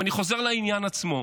אני חוזר לעניין עצמו: